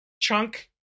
chunk